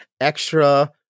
Extra